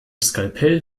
skalpell